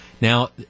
Now